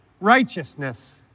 Righteousness